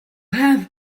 have